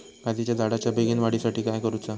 काजीच्या झाडाच्या बेगीन वाढी साठी काय करूचा?